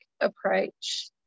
approach